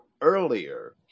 earlier